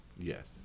Yes